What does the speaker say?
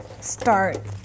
start